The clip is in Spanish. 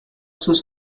sus